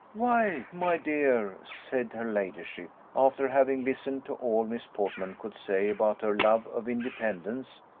why, my dear, said her ladyship, after having listened to all miss portman could say about her love of independence,